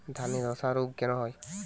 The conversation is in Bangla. ধানে ধসা রোগ কেন হয়?